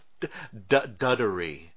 Duddery